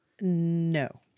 No